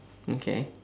okay